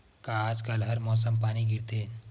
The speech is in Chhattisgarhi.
का आज कल हर मौसम पानी गिरथे?